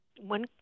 One